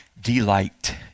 delight